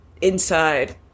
inside